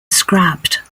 scrapped